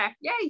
Yay